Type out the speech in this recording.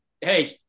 hey